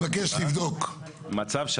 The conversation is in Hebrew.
לא מתאפשרת חלוקת הכנסות בין רשויות שנמצאות בתוך תחומי